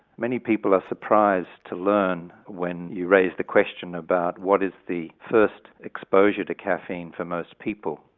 many people are surprised to learn when you raise the question about what is the first exposure to caffeine for most people,